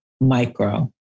micro